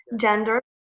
gender